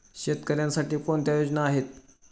शेतकऱ्यांसाठी कोणत्या योजना आहेत?